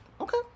okay